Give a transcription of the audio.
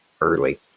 early